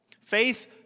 Faith